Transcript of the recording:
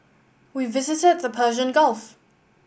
we visited the Persian Gulf